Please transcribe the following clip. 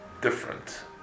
different